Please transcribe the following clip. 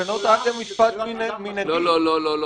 לא,